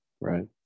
Right